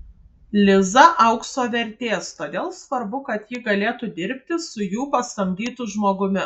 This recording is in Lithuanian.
liza aukso vertės todėl svarbu kad ji galėtų dirbti su jų pasamdytu žmogumi